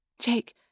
Jake